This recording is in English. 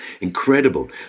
Incredible